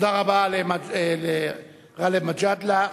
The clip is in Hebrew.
תודה רבה לגאלב מג'אדלה.